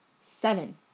seven